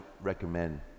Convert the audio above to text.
recommend